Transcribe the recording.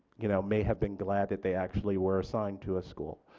you know may have been glad that they actually were assigned to a school.